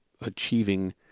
achieving